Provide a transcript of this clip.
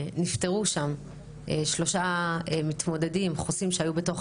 ה- 16 במאי 2022 למניינם, ואנחנו מתכבדים לפתוח